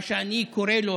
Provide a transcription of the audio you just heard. מה שאני קורא לו,